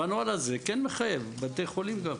והנוהל הזה כן מחייב בתי חולים גם.